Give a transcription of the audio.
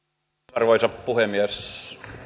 arvoisa puhemies